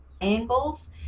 angles